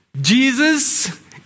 Jesus